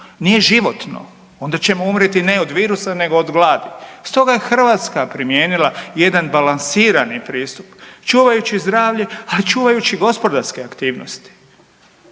nije životno onda ćemo umrijeti ne od virusa nego od gladi. Stoga je Hrvatska primijenila jedan balansirani pristup čuvajući zdravlje, ali čuvajući gospodarske aktivnosti